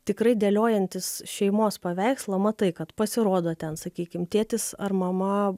tikrai dėliojantis šeimos paveikslą matai kad pasirodo ten sakykim tėtis ar mama